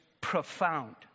profound